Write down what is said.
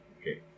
Okay